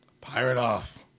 Pirate-off